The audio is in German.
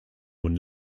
nun